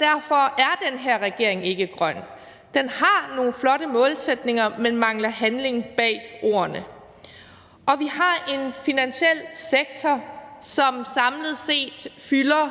derfor er den her regering ikke grøn. Den har nogle flotte målsætninger, men den mangler handling bag ordene, og vi har en finansiel sektor, som samlet set fylder